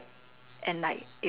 if she can